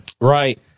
Right